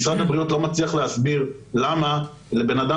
משרד הבריאות לא מצליח להסביר למה לבן אדם